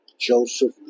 Joseph